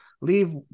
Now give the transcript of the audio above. leave